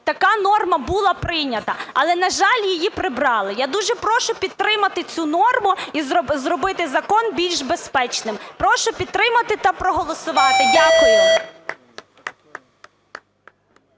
така норма була прийнята, але, на жаль, її прибрали. Я дуже прошу підтримати цю норму і зробити закон більш безпечним. Прошу підтримати та проголосувати. Дякую.